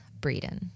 breeden